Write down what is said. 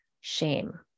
shame